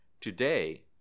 Today